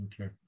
Okay